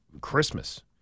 Christmas